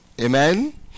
Amen